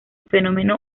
fenómeno